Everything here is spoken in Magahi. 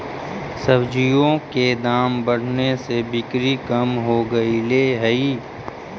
सब्जियों के दाम बढ़ने से बिक्री कम हो गईले हई